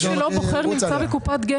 בזה.